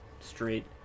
Street